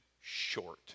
short